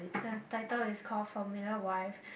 the title is call Familiar Wife